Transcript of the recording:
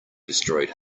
destroyed